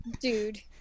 Dude